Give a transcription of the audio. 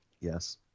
Yes